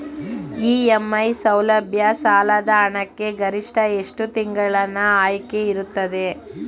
EMI ಸೌಲಭ್ಯ ಸಾಲದ ಹಣಕ್ಕೆ ಗರಿಷ್ಠ ಎಷ್ಟು ತಿಂಗಳಿನ ಆಯ್ಕೆ ಇರುತ್ತದೆ?